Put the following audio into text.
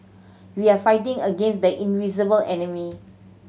we are fighting against the invisible enemy